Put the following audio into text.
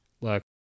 Look